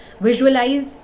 visualize